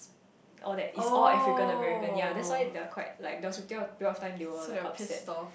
all that it's all African American yea that's why they are quite like there was a pe~ period of time they were like upset